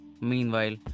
Meanwhile